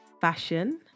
fashion